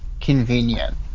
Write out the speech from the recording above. convenient